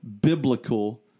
biblical